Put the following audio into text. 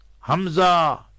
Hamza